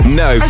no